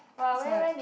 side